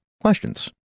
questions